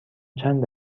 چند